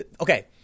Okay